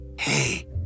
hey